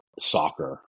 soccer